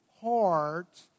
heart